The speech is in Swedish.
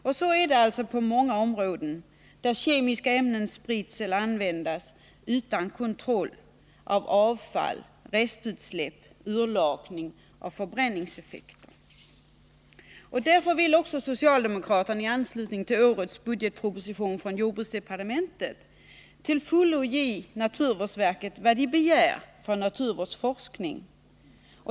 Och så är det på många områden, där kemiska ämnen sprids eller används utan kontroll av avfall, restutsläpp, urlakning och förbränningseffekter. Därför vill också socialdemokraterna i anslutning till årets budgetproposition från jordbruksdepartementet ge naturvårdsverket vad det begär för naturvårdsforskning.